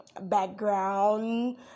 background